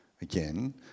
again